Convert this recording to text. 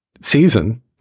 season